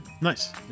Nice